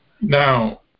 Now